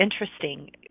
interesting